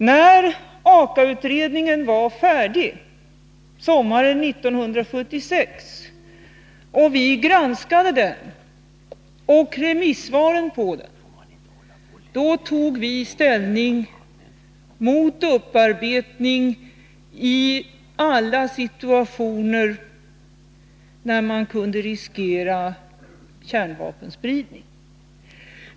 När AKA-utredningen var färdig sommaren 1976 och vi granskade dess betänkande och remissvaren på det, tog vi ställning mot upparbetning i alla situationer där man kunde riskera kärnvapenspridning.